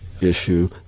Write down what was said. issue